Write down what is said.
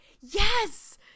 yes